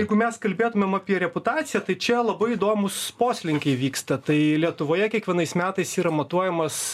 jeigu mes kalbėtumėm apie reputaciją tai čia labai įdomūs poslinkiai vyksta tai lietuvoje kiekvienais metais yra matuojamas